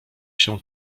się